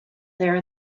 there